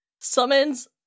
summons